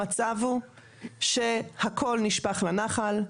המצב הוא שהכל נשפך לנחל,